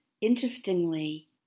interestingly